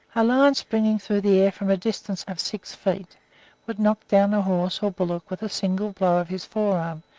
a lion springing through the air from a distance of six feet would knock down a horse or bullock with a single blow of his forearm,